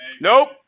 Nope